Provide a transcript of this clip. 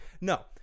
No